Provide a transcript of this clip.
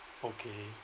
okay